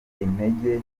intege